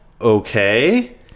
okay